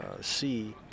see